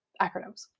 acronyms